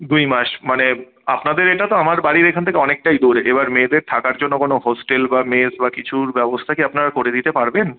দুই মাস মানে আপনাদের এটা তো আমার বাড়ির এখান থেকে অনেকটাই দূরে এবার মেয়েদের থাকার জন্য কোনো হোস্টেল বা মেস বা কিছুর ব্যবস্থা কি আপনারা করে দিতে পারবেন